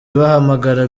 bahamagara